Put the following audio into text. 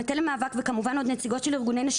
המטה למאבק וכמובן עוד נציגות של ארגוני נשים.